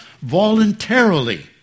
voluntarily